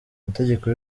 amategeko